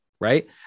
Right